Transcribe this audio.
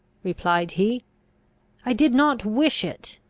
replied he i did not wish it!